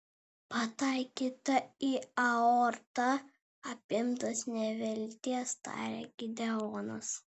pataikyta į aortą apimtas nevilties tarė gideonas